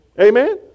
Amen